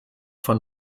von